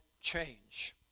change